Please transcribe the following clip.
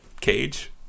cage